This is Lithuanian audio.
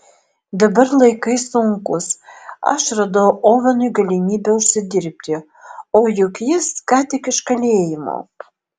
dabar laikai sunkūs aš radau ovenui galimybę užsidirbti o juk jis ką tik iš kalėjimo